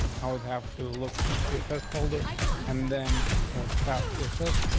i would have to look for css folder and then order style css.